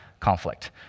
Conflict